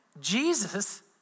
Jesus